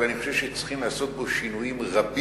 אבל אני חושב שצריך לעשות בו שינויים רבים.